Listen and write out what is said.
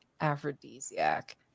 aphrodisiac